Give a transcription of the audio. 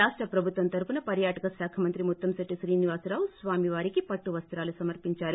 రాష్ట ప్రభుత్వం తరపున పర్యాటక శాఖ మంత్రి ముత్తంశెట్టి శ్రీనివాసరావు స్వామి వారికి పట్టనే వస్తాలు సమర్పించారు